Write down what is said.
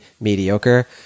mediocre